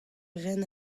raen